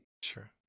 Sure